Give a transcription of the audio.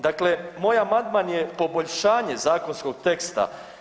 Dakle, moj amandman je poboljšanje zakonskog teksta.